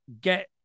get